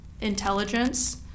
intelligence